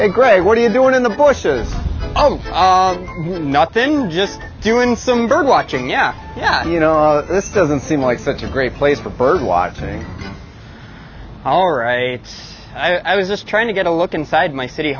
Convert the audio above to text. a gray what do you do when in the bushes oh nothing just doing some bird watching yeah yeah you know this doesn't seem like such a great place for bird watching all right i was just trying to get a look inside my city